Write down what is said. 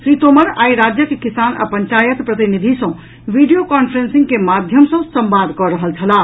श्री तोमर आई राज्यक किसान आ पंचायत प्रतिनिधि सँ वीडियो कांफ्रेंसिंग क माध्यम सऽ संवाद कऽ रहल छलाह